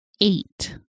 eight